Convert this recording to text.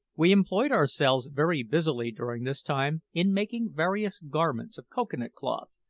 we employed ourselves very busily during this time in making various garments of cocoa-nut cloth,